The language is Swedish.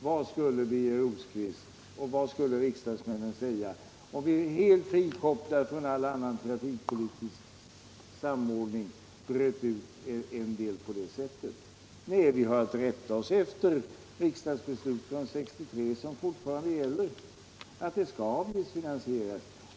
Vad skulle Birger Rosqvist och andra riksdagsmän säga 15 december 1977 om vi — helt frikopplat från all annan trafikpolitisk samordning - bröt LL ut en del på det sättet? Nej, vi har att rätta oss efter riksdagsbeslutet — Nytt system för de från 1963 som fortfarande gäller och som säger att verket skall finansieras = statliga sjöfartsavgenom avgifter.